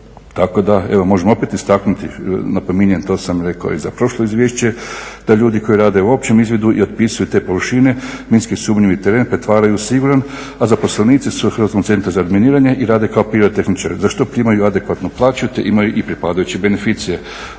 tako da možemo opet istaknuti, napominjem to sam rekao i za prošlo izvješće da ljudi koji rade u općem izvidu i otpisuju te površine minski sumnjivi teren pretvaraju u siguran, a zaposlenici su Hrvatskog centra za razminiranje i rade kao pirotehničari za što primaju adekvatnu plaću te imaju i pripadajuće beneficije,